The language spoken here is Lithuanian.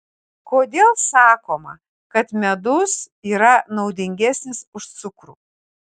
kodėl sakoma kad medus yra naudingesnis už cukrų